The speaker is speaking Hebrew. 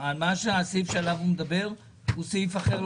הסעיף שעליו הוא מדבר הוא סעיף אחר לחלוטין.